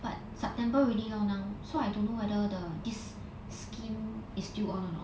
but september already lor now so I don't know whether the this scheme is still on or not